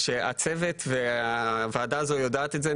הצוות והוועדה הזו יודעת את זה,